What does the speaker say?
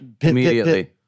immediately